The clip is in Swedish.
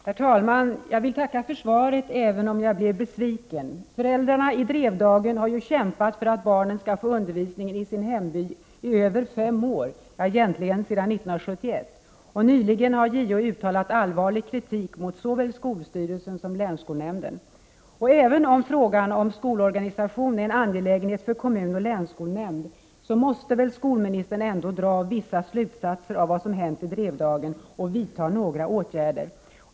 Herr talman! Jag vill tacka för svaret även om jag blev besviken. Föräldrarna i Drevdagen har kämpat för att barnen skall få undervisning i sin hemby i över fem år, ja egentligen sedan 1971. Nyligen har JO uttalat allvarlig kritik mot såväl skolstyrelsen som länsskolnämnden. Även om frågan om skolorganisation är en angelägenhet för kommun och länsskolnämnd måste väl skolministern ändå dra vissa slutsatser av vad som hänt i Drevdagen och vidta några åtgärder.